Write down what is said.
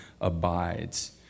abides